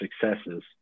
successes